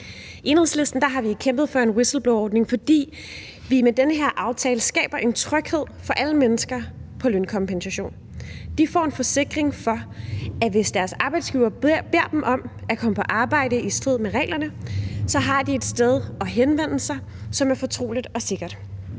I Enhedslisten har vi kæmpet for en whistleblowerordning, fordi vi med den her aftale skaber en tryghed for alle mennesker på lønkompensation. De får en forsikring om, at de, hvis deres arbejdsgiver beder dem om at komme på arbejde i strid med reglerne, har et sted at henvende sig, som er fortroligt og sikkert.